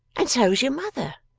and so's your mother